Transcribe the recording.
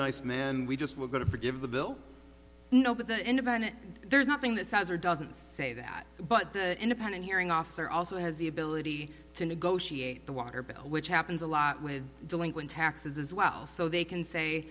nice man we just we're going to forgive the bill you know the end of it there's nothing that says or doesn't say that but the independent hearing officer also has the ability to negotiate the water bill which happens a lot with delinquent taxes as well so they can say